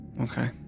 Okay